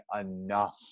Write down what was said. enough